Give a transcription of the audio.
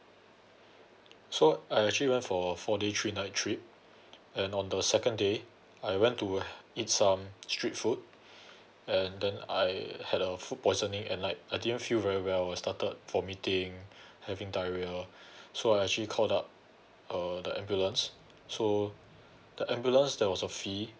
so I actually went for four day three night trip and on the second day I went to h~ eat some street food and then I had a food poisoning and like I didn't feel very well I started vomiting having diarrhea so I actually called up uh the ambulance so the ambulance there was a fee